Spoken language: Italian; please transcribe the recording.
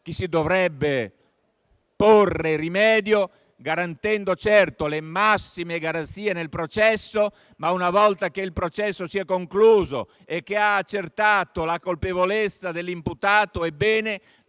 che si dovrebbe porre rimedio, garantendo certo le massime garanzie nel processo, ma, una volta che il processo si è concluso e che è stata accertata la colpevolezza dell'imputato, nel